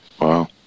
Wow